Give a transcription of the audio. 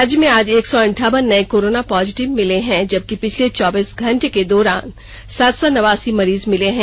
राज्य में आज एक सौ अंठावन नए कोरोना पॉजिटिव मिले हैं जबकि पिछले चौबीस घंटे के दौरान सात सौ नवासी मरीज मिले हैं